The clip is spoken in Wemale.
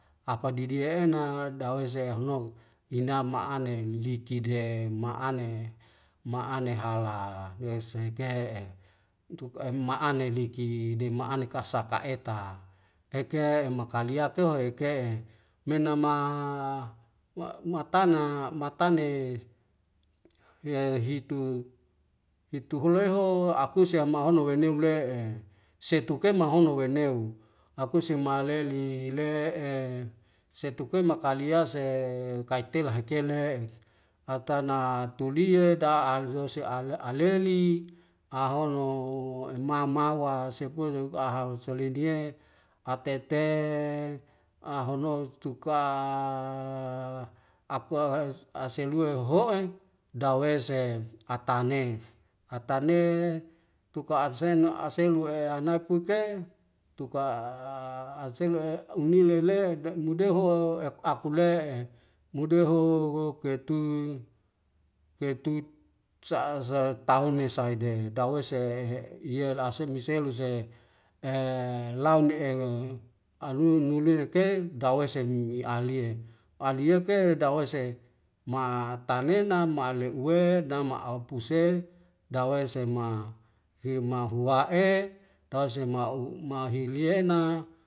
Apa didi'ena dawese ehenok ina ma'ane miliki de'e ma'ane ma'ane hala nuweise ke'e untuk ei ma'ane liki de ma'ane kasa ka eta eke imakalia kohe ke'e menama uwa umwatana matane he hitu hitu huleho akuse mahono weniule'e setuke mahono weuneo akuse maleli le'e setukei makaliyase kaitela haikele'e atana tulie da'azose al aleli ahono emamawa atete ahono tuka akua e aselue ho'e dawese atane atane tuka abseno aselu'e anakueke tuka aselo uniu lele de mudeho hoho e akule'e mudeho guk ketu ketut sa'a sa tahune sahede dawuse he' ilie lase mesiule se e lau ne'eu alulun mulie ke dawese mi alie alieke dawese ma tanena ma'ale uwe nama'au puse dawese ma hiu mahuwa'e dause ma'u mahiliena